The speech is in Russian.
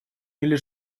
или